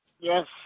Yes